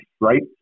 right